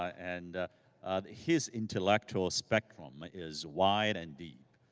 and his intellectual spectrum is wide and deep.